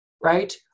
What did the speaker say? right